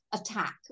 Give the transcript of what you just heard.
attack